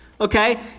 Okay